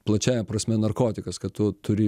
plačiąja prasme narkotikas kad tu turi